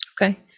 Okay